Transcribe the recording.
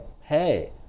Hey